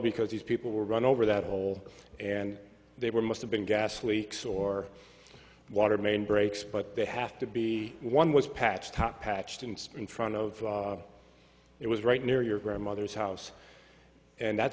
because these people were run over that hole and they were must have been gas leaks or water main breaks but they have to be one was patched patched and in front of it was right near your grandmother's house and that